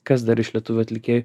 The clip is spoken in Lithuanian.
kas dar iš lietuvių atlikėjų